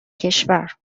کشور